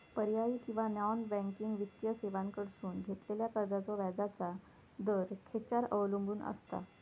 पर्यायी किंवा non banking वित्तीय सेवांकडसून घेतलेल्या कर्जाचो व्याजाचा दर खेच्यार अवलंबून आसता?